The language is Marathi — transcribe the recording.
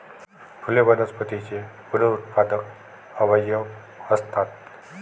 फुले वनस्पतींचे पुनरुत्पादक अवयव असतात